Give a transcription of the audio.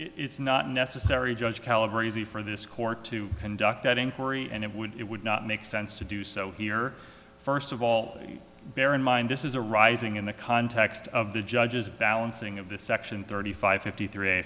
it's not necessary judge caliber easy for this court to conduct an inquiry and it would it would not make sense to do so here first of all bear in mind this is a rising in the context of the judge's balancing of the section thirty five fifty three